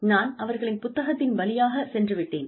நான் அவர்களின் புத்தகத்தின் வழியாக சென்று விட்டேன்